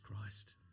Christ